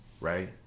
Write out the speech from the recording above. right